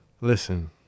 Listen